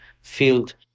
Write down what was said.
field